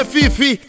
Fifi